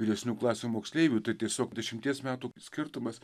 vyresnių klasių moksleivių tai tiesiog dešimties metų skirtumas